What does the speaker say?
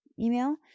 email